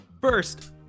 first